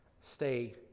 Stay